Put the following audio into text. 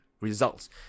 results